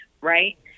right